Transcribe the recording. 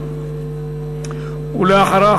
ואחריה,